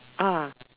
ah